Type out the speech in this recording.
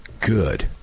Good